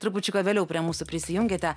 trupučiuką vėliau prie mūsų prisijungėte